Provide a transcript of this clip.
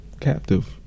captive